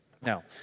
Now